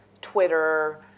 Twitter